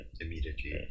immediately